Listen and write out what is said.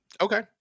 Okay